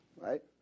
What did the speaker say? right